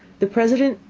the president,